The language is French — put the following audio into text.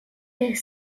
est